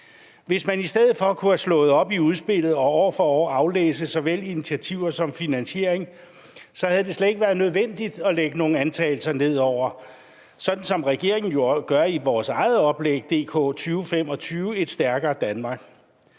Hvis man i stedet for kunne have slået op i udspillet og år for år aflæse såvel initiativer som finansiering, havde det slet ikke være nødvendigt at lægge nogle antagelser ned over, sådan som regeringen jo gør i vores eget oplæg »DK2025 – Et stærkere Danmark«.